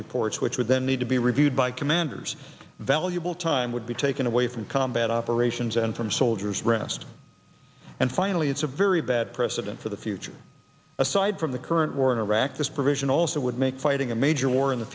reports which would then need to be reviewed by commanders valuable time would be taken away from combat operations and from soldiers rest and finally it's a very bad precedent for the future aside from the current war in iraq this provision also would make fighting a major war in the